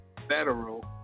federal